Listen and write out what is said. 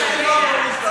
אין זקנות במסדרון.